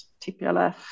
TPLF